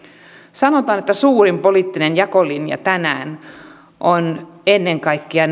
sanotaan että suurin poliittinen jakolinja tänään on ennen kaikkea